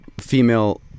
female